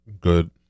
good